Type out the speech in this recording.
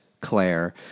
Claire